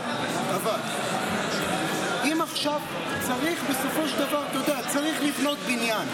אבל עכשיו בסופו של דבר צריך לבנות בניין.